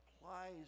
applies